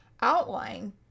outline